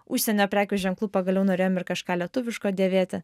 užsienio prekių ženklų pagaliau norėjom ir kažką lietuviško dėvėti